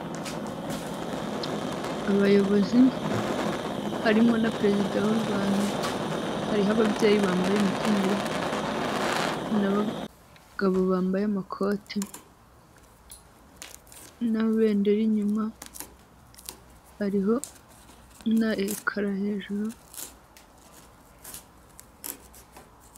Abayobozi harimo na perezida w'u Rwanda, hariho ababyeyi bambaye imikenyero n'abagabo bambaye amakoti, n'ibendera inyuma hariho na ekara hejuru.